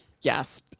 Yes